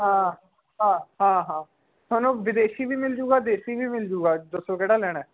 ਹਾਂ ਹਾਂ ਹਾਂ ਹਾਂ ਤੁਹਾਨੂੰ ਵਿਦੇਸ਼ੀ ਵੀ ਮਿਲ ਜਾਊਗਾ ਦੇਸੀ ਵੀ ਮਿਲ ਜਾਊਗਾ ਦੱਸੋ ਕਿਹੜਾ ਲੈਣਾ